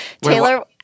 Taylor